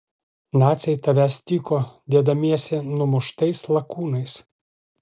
naciai tavęs tyko dėdamiesi numuštais lakūnais